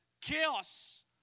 chaos